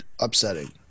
upsetting